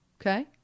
okay